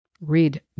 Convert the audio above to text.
read